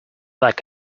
like